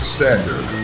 Standard